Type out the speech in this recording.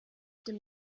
dem